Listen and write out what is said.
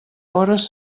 hores